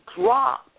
drop